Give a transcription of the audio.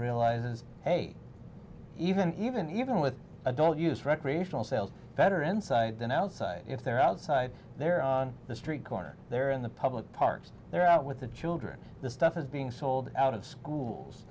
realizes they even even even with a don't use recreational sales better inside than outside if they're outside there on the street corner they're in the public parks they're out with the children the stuff is being sold out of